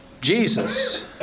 Jesus